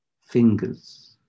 fingers